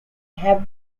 have